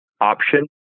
option